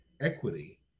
equity